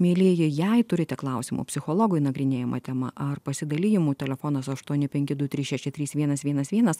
mielieji jei turite klausimų psichologui nagrinėjama tema ar pasidalijimų telefonas aštuoni penki du trys šeši trys vienas vienas vienas